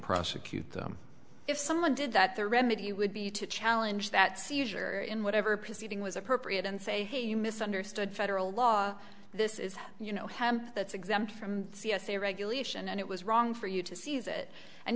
prosecute them if someone did that the remedy would be to challenge that seizure in whatever proceeding was appropriate and say hey you misunderstood federal law this is you know hemp that's exempt from c s a regulation and it was wrong for you to seize it and